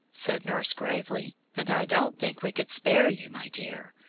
said nurse, gravely, and i don't think we could spare you, my dear.